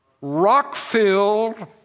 rock-filled